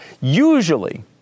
Usually